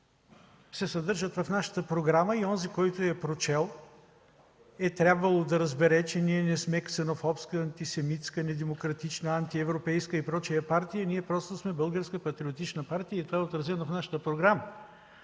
се съдържат в нашата програма. Онзи, който я е прочел, е трябвало да разбере, че ние не сме ксенофобска, антисемитска, недемократична, антиевропейска и прочие партия, ние просто сме българска патриотична партия и това е отразено в нашата програма.